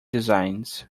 designs